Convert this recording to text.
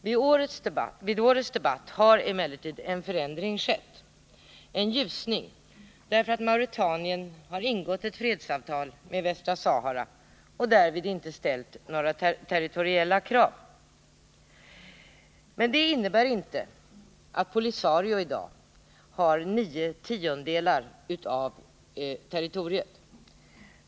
Vid årets debatt har emellertid en förändring skett — en ljusning. Mauretanien har ingått ett fredsavtal med Västra Sahara och därvid inte ställt några territoriella krav. Men det innebär inte att POLISARIO i dag har nio tiondelar av territoriet.